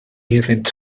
iddynt